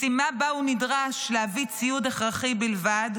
משימה שבה הוא נדרש להביא ציוד הכרחי בלבד,